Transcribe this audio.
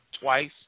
twice